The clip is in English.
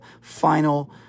final